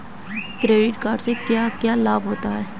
Credit card से क्या क्या लाभ होता है?